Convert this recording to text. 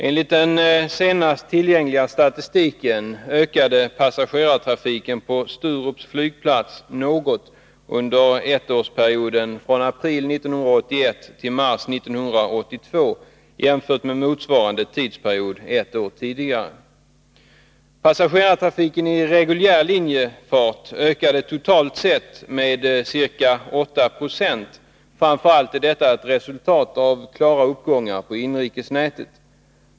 Enligt den senast tillgängliga statistiken ökade passagerartrafiken på Sturups flygplats något under ettårsperioden april 1981-mars 1982 jämfört med motsvarande tidsperiod ett år tidigare. Passagerartrafiken i reguljär linjefart ökade totalt sett med ca 8 90. Framför allt är detta ett resultat av klara uppgångar på inrikesnätet.